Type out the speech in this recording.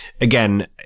again